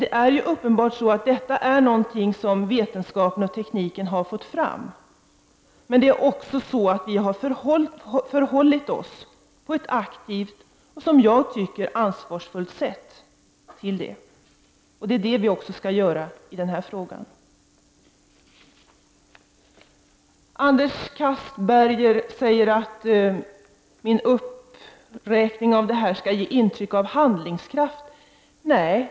Det är ju uppenbarligen så att detta är något som vetenskapen och tekniken har fått fram. Men det är också så att vi har förhållit oss på ett aktivt och som jag tycker ansvarsfullt sätt till detta. Det är det vi skall göra även i den här frågan. Anders Castberger säger att jag menar att min uppräkning av detta skulle ge intryck av handlingskraft.